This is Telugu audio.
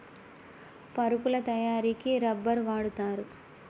పరుపుల తయారికి రబ్బర్ వాడుతారు